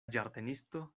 ĝardenisto